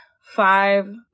five